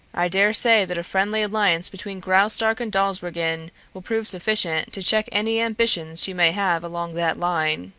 i daresay that a friendly alliance between graustark and dawsbergen will prove sufficient to check any ambitions she may have along that line,